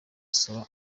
asaba